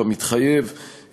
כמתחייב,